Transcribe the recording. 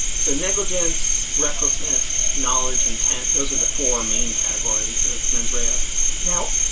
so negligence, recklessness, knowledge, intent. those are the four main categories of mens rea ah now,